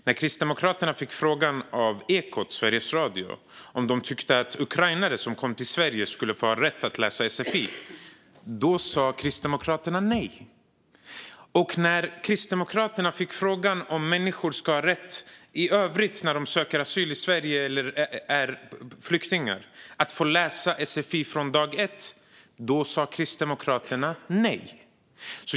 När Kristdemokraterna i Ekot i Sveriges Radio fick frågan om de tyckte att ukrainare som kommer till Sverige ska ha rätt att läsa sfi sa de nej. Och när Kristdemokraterna fick frågan om människor i övrigt som söker asyl i Sverige eller är flyktingar ska få läsa sfi från dag ett sa de nej.